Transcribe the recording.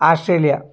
Australia